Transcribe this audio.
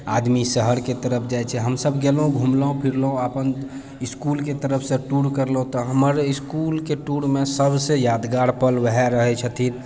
आदमी शहरके तरफ जाइ छै हमसभ गेलहुँ घुमलहुँ फिरलहुँ अपन इसकुलके तरफसँ टूर करलहुँ तऽ हमर इसकुलके टूरमे सभसँ यादगार पल ओहे रहै छथिन